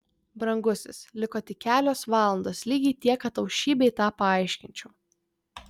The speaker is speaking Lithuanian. brangusis liko tik kelios valandos lygiai tiek kad tau šį bei tą paaiškinčiau